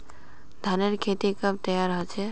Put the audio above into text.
धानेर खेती कब तैयार होचे?